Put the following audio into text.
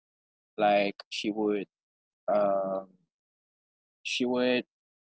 like she would uh she would